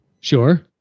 Sure